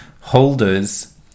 holders